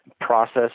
process